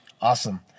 Awesome